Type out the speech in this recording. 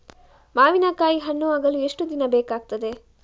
ಮಾವಿನಕಾಯಿ ಹಣ್ಣು ಆಗಲು ಎಷ್ಟು ದಿನ ಬೇಕಗ್ತಾದೆ?